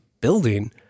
building